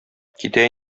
китә